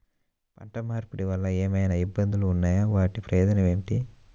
పంట మార్పిడి వలన ఏమయినా ఇబ్బందులు ఉన్నాయా వాటి ప్రయోజనం ఏంటి?